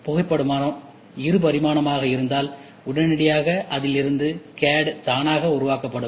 புகைப்படம் இரு பரிமாணமாக இருந்தால் உடனடியாக அதிலிருந்து CAD தானாக உருவாக்கப்படும்